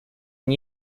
and